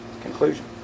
conclusion